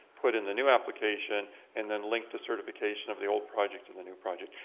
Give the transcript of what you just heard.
put in the new application and then link the certification of the old project and the new project.